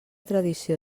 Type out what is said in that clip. tradició